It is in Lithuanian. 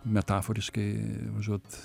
metaforiškai užuot